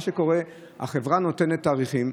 מה שקורה הוא שהחברה נותנת תאריכים.